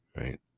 right